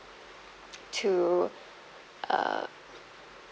to uh